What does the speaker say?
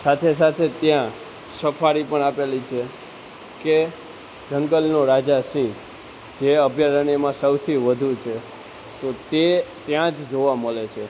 સાથે સાથે ત્યાં સફારી પણ આપેલી છે કે જંગલનો રાજા સિંહ જે અભ્યારણમાં સૌથી વધુ છે તો તે ત્યાં જ જોવા મળે છે